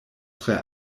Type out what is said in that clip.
tre